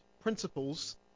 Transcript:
principles